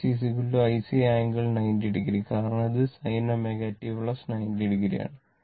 അതിനാൽ IC IC angle 90o കാരണം ഇത് sin ω t 90o ആണ്